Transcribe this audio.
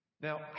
Now